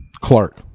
Clark